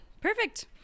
Perfect